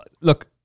look